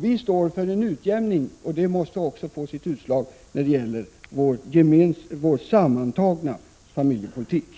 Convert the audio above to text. Vi strävar efter en inkomstutjämning, och det måste också ge utslag i familjepolitiken.